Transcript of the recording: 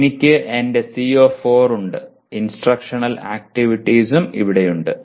എനിക്ക് എന്റെ CO4 ഉണ്ട് ഇൻസ്ട്രക്ഷണൽ ആക്ടിവിറ്റീസും ഇവിടെയുണ്ട്